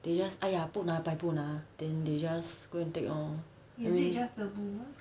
they just !aiya! 不拿白不拿 then they just go and take all